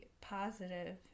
positive